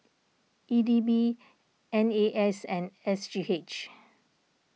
E D B N A S and S G H